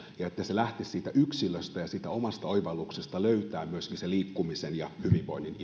ja että se lähtisi siitä yksilöstä ja siitä omasta oivalluksesta löytää myöskin se liikkumisen ja hyvinvoinnin